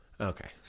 Okay